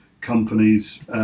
companies